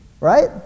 right